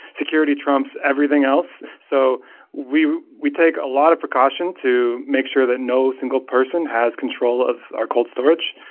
security trumps everything else. so we we take a lot of precaution to make sure that no single person has control of our called storage.